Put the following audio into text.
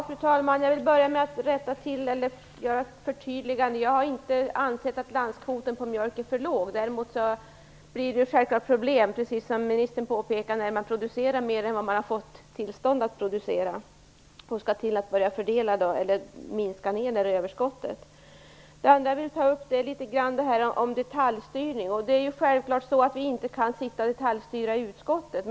Fru talman! Jag vill börja med att göra ett förtydligande. Jag har inte ansett att landskvoten för mjölk är för låg. Däremot blir det självfallet problem, precis som ministern påpekar, när man producerar mer än man har fått tillstånd att producera och överskottet skall minskas. Det andra jag vill ta upp handlar om detaljstyrning. Självfallet kan vi inte sitta och detaljstyra i utskottet.